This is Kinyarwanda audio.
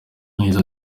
yagize